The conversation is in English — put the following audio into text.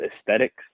aesthetics